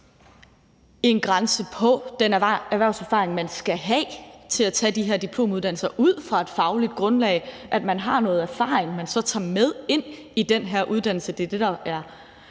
en grænse for den erhvervserfaring, man skal have til at tage de her diplomuddannelser, så man har noget erfaring, man så tager med ind i den her uddannelse. Det er idéen